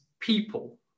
people